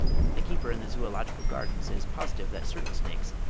the keeper in the zoological gardens is positive that certain snakes,